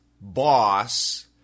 boss